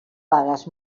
pagues